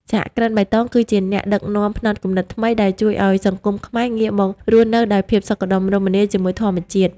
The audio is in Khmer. សហគ្រិនបៃតងគឺជាអ្នកដឹកនាំផ្នត់គំនិតថ្មី ដែលជួយឱ្យសង្គមខ្មែរងាកមករស់នៅដោយភាពសុខដុមរមនាជាមួយធម្មជាតិ។